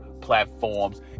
platforms